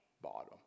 bottom